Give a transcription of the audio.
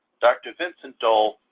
dr. vincent dole,